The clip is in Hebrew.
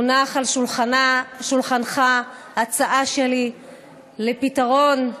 מונחת על שולחנך הצעה שלי לפתרון,